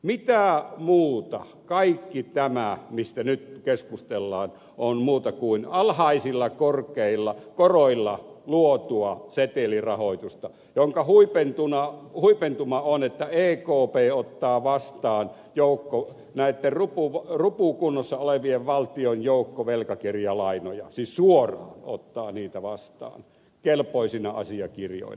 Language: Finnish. mitä muuta kaikki tämä mistä nyt keskustellaan on muuta kuin alhaisilla koroilla luotua setelirahoitusta jonka huipentuma on että ekp ottaa suoraan vastaan näitten rupukunnossa olevien valtioiden joukkovelkakirjalainoja sisu vuoro ottaa niitä vastaan kelpoisina asiakirjoina